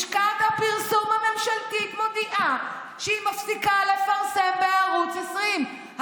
לשכת הפרסום הממשלתית מודיעה שהיא מפסיקה לפרסם בערוץ 20,